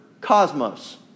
cosmos